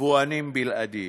יבואנים בלעדיים.